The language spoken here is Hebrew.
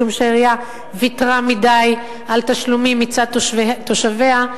משום שהעירייה ויתרה מדי על תשלומים מצד תושביה,